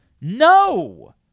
no